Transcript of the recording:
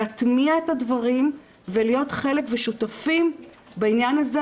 להטמיע את הדברים ולהיות חלק ושותפים בעניין הזה,